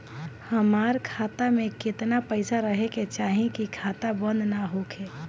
हमार खाता मे केतना पैसा रहे के चाहीं की खाता बंद ना होखे?